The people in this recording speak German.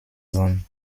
sein